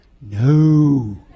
No